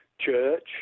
church